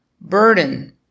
burden